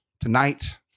tonight